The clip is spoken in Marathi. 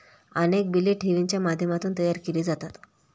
अनेक बिले ठेवींच्या माध्यमातून तयार केली जातात